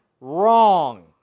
wrong